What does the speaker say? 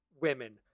women